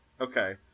Okay